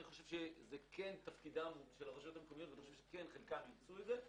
אני חושב שחלקן יעשו את זה.